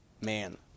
man